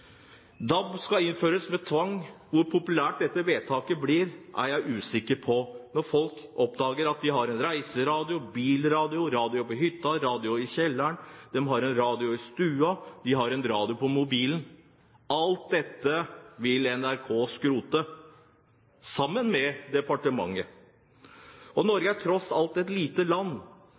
DAB skal innføres med tvang. Hvor populært dette vedtaket blir, er jeg usikker på, når folk oppdager at de har en reiseradio, bilradio, radio på hytta, i kjelleren, i stua eller på mobilen, som NRK, sammen med departementet, vil skrote. Norge er tross alt et lite land.